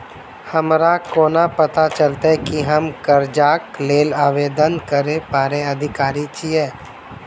हमरा कोना पता चलतै की हम करजाक लेल आवेदन करै केँ अधिकारी छियै?